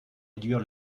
réduire